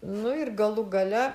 nu ir galų gale